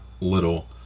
Little